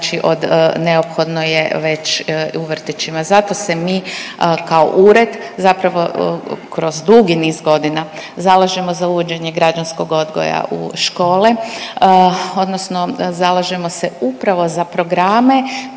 znači od, neophodno je već u vrtićima. Zato se mi kao ured zapravo kroz dugi niz godina zalažemo za uvođenje građanskog odgoja u škole odnosno zalažemo se upravo za programe